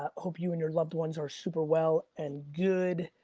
hope you and your loved ones are super well and good.